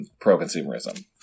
pro-consumerism